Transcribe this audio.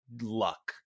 luck